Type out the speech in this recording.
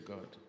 God